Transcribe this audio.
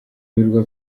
birwa